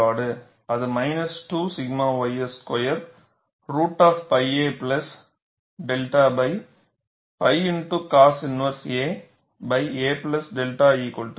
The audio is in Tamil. அது minus 2 𝛔 ys square root of pi a plus 𝛅 pi x cos inverse a a plus 𝛅 0